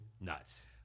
nuts